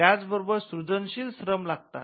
त्याच बरोबर सृजनशील श्रम लागतात